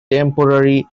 temporary